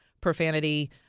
profanity